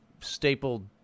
stapled